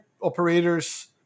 operators